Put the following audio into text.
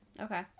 Okay